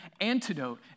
antidote